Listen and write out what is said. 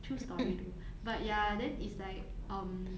true story though but ya then it's like um